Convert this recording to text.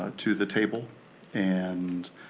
ah to the table and